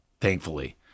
thankfully